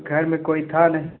घर में कोई था नहीं